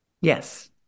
Yes